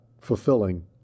fulfilling